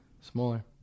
Smaller